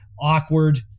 awkward